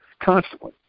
constantly